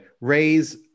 raise